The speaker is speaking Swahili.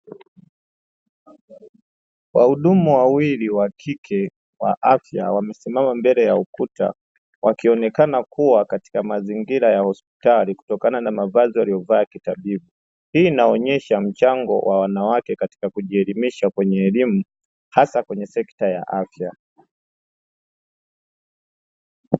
Wahudumu wawili wa afya wa kike wakihudumia